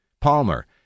Palmer